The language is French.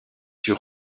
sur